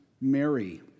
Mary